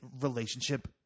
relationship